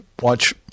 watch